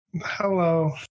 Hello